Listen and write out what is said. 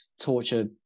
torture